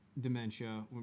dementia